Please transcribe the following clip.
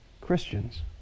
Christians